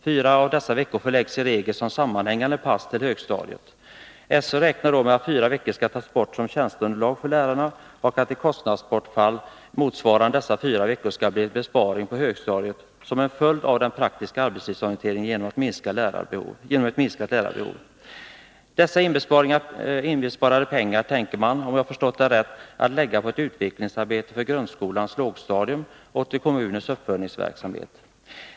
Fyra av dessa veckor förläggs i regel, som sammanhängande pass, till högstadiet. SÖ räknar med att fyra veckor skall tas bort som tjänsteunderlag för lärarna på högstadiet och med att en minskning av lärarbehovet som uppstår genom den praktiska arbetslivsorienteringen skall ge ett motsvarande kostnadsbortfall under dessa fyra veckor. 31 Dessa inbesparade pengar tänker man, om jag förstått saken rätt, använda till ett utvecklingsarbete för grundskolans lågstadium och till kommunernas uppföljningsverksamhet.